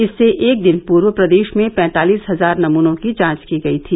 इससे एक दिन पूर्व प्रदेश में पैंतालिस हजार नमूनों की जांच की गयी थी